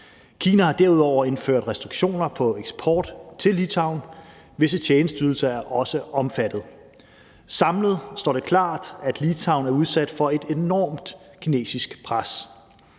Kina har derudover indført restriktioner på eksport til Litauen, og visse tjenesteydelser er også omfattet. Samlet står det klart, at Litauen er udsat for et enormt kinesisk pres.